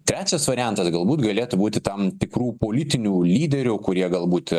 trečias variantas galbūt galėtų būti tam tikrų politinių lyderių kurie galbūt